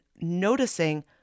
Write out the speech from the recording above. noticing